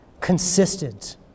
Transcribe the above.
consistent